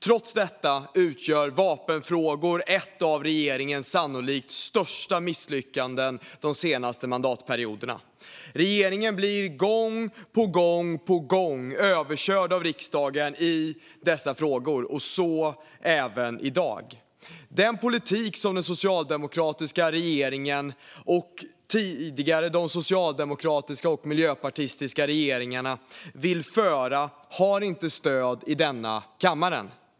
Trots detta utgör vapenfrågor ett av regeringens sannolikt största misslyckanden de senaste mandatperioderna. Regeringen blir gång på gång överkörd av riksdagen i dessa frågor, så även i dag. Den politik som den socialdemokratiska regeringen, och tidigare de socialdemokratiska och miljöpartistiska regeringarna, vill föra har inte stöd i denna kammare, punkt.